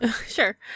Sure